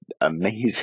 amazing